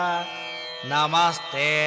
Namaste